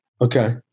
Okay